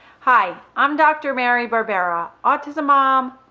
hi i'm dr. mary barbara, autism mom,